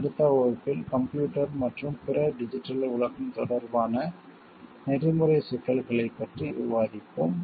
அடுத்த வகுப்பில் கம்ப்யூட்டர் மற்றும் பிற டிஜிட்டல் உலகம் தொடர்பான நெறிமுறை சிக்கல்களைப் பற்றி விவாதிப்போம்